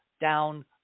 down